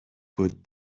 put